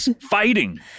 fighting